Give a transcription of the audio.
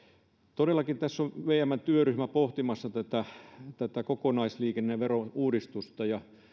todellakin tässä on vmn työryhmä pohtimassa tätä tätä kokonaisliikenneveron uudistusta ja